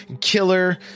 Killer